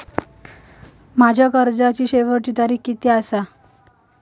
माझ्या कर्जाची शेवटची तारीख किती आसा?